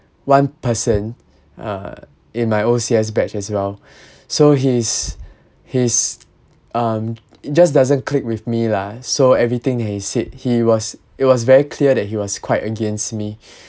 one person uh in my O_C_S batch as well so he's he's um just doesn't click with me lah so everything he said he was it was very clear that he was quite against me